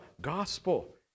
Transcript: Gospel